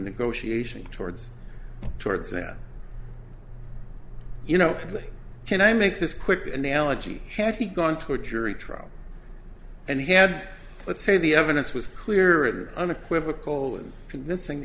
negotiation towards towards that you know can i make this quick an elegy had he gone to a jury trial and he had let's say the evidence was clear and unequivocal and convincing